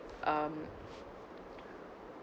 um